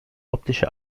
optische